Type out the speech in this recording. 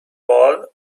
all